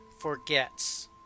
Forgets